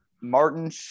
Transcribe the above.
Martin